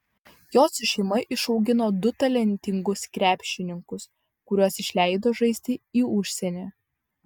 jocių šeima išaugino du talentingus krepšininkus kuriuos išleido žaisti į užsienį